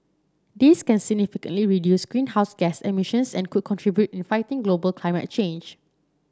this can significantly reduce greenhouse gas emissions and could contribute in fighting global climate change